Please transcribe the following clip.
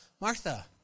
Martha